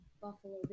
Buffalo